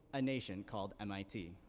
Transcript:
a nation called mit.